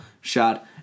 shot